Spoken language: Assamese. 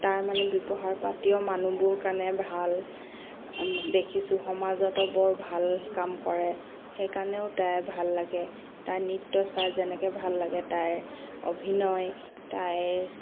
তাইৰ মানে ব্যৱহাৰ পাতি মানুহবোৰ কাৰণে ভাল দেখিছোঁ সমাজতো বৰ ভাল কাম কৰে সেইকাৰণেও তাই ভাল লাগে তাইৰ নৃত্য চাই যেনেকে ভাল লাগে তাইৰ অভিনয় তাইৰ